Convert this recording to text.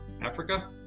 Africa